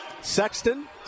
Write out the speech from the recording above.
Sexton